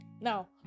now